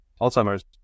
alzheimer's